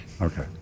okay